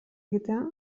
egitea